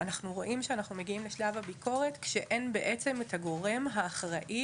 אנחנו רואים שאנחנו מגיעים לשלב הביקורת כשאין בעצם את הגורם האחראי